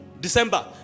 December